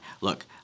Look